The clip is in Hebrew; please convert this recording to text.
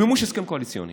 זלזול מוחלט בנבחרי הציבור,